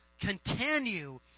continue